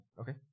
Okay